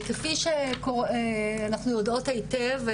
כפי שאנחנו יודעות היטב,